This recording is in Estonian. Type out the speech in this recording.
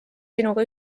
sinuga